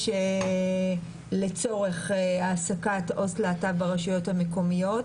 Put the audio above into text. לצורך העסקת עו"ס להט"ב ברשויות המקומיות,